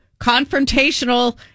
confrontational